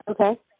Okay